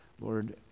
Lord